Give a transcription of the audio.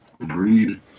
agreed